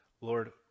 Lord